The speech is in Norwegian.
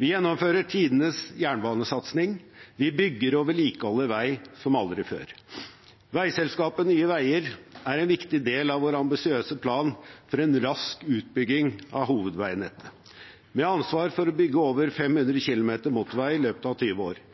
Vi gjennomfører tidenes jernbanesatsing. Vi bygger og vedlikeholder vei som aldri før. Veiselskapet Nye Veier er en viktig del av vår ambisiøse plan for en rask utbygging av hovedveinettet, med ansvar for å bygge over 500 km motorvei i løpet av 20 år.